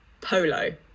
Polo